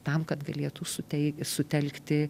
tam kad galėtų sutei sutelkti